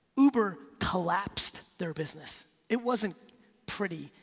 uber collapsed their business, it wasn't pretty.